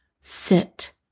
Sit